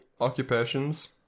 occupations